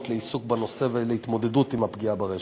לעיסוק בנושא ולהתמודדות עם הפגיעה ברשת,